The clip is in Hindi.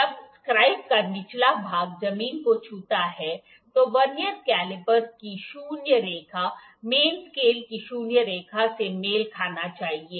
जब स्क्राइब का निचला भाग जमीन को छूता है तो वर्नियर कैलीपर की शून्य रेखा मेन स्केल की शून्य रेखा से मेल खाना चाहिए